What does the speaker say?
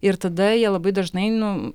ir tada jie labai dažnai nu